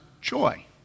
joy